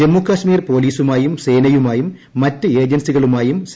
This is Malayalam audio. ജമ്മു കാശ്മീർ പോലീസുമായും സേനയുമായും മറ്റ് ഏജൻസികളുമായും സി